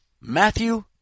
Matthew